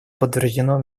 подтверждено